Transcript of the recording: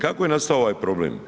Kako je nastao ovaj problem?